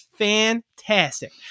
fantastic